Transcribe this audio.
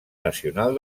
nacional